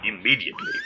immediately